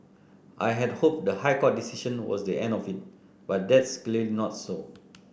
I had hoped the High Court decision was the end of it but that's clear not so